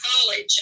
college